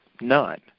none